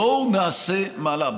בואו נעשה מהלך.